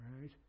right